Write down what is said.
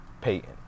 Peyton